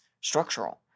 structural